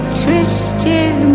twisted